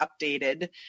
updated